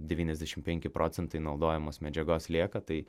devyniasdešimt penki procentai naudojamos medžiagos lieka tai